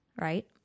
right